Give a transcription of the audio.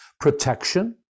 protection